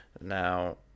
Now